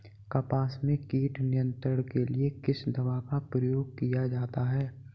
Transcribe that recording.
कपास में कीट नियंत्रण के लिए किस दवा का प्रयोग किया जाता है?